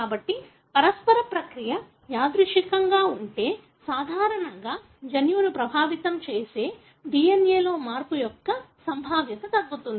కాబట్టి పరస్పర ప్రక్రియ యాదృచ్ఛికంగా ఉంటే సాధారణంగా జన్యువును ప్రభావితం చేసే DNA లో మార్పు యొక్క సంభావ్యత తగ్గుతుంది